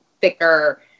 thicker